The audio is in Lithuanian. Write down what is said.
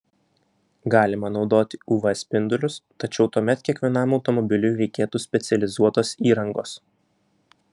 galima naudoti uv spindulius tačiau tuomet kiekvienam automobiliui reikėtų specializuotos įrangos